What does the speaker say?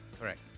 Correct